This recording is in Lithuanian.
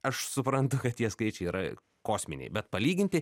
aš suprantu kad tie skaičiai yra kosminiai bet palyginti